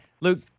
Luke